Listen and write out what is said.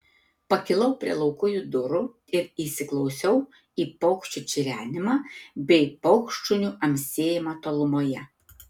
pakilau prie laukujų durų ir įsiklausiau į paukščių čirenimą bei paukštšunių amsėjimą tolumoje